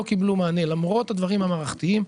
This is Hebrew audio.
קיבלו מענה למרות הדברים המערכתיים,